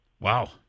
Wow